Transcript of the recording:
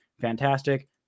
fantastic